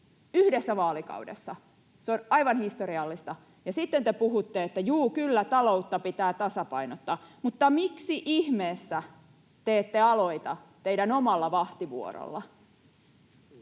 yhdessä vaalikaudessa, se on aivan historiallista. Ja sitten te puhutte, että juu, kyllä, taloutta pitää tasapainottaa, mutta miksi ihmeessä te ette aloita teidän omalla vahtivuorollanne?